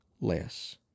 less